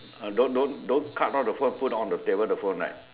don't don't don't cut off the phone put on the table the phone right